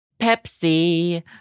Pepsi